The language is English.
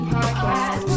Podcast